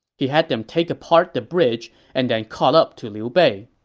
he had them take apart the bridge and then caught up to liu bei